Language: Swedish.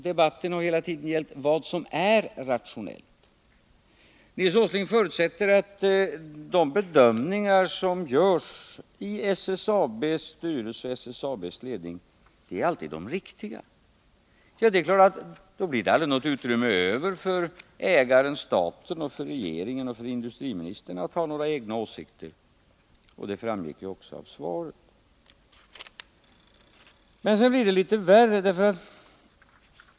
Debatten har hela tiden gällt vad som är rationellt. Nils Åsling förutsätter att de bedömningar som görs av SSAB-ledningen alltid är de riktiga. Då blir det aldrig något utrymme över för ägaren staten, regeringen eller industriministern att ha några egna åsikter. Detta framgick också av svaret. Men sedan blir det litet värre.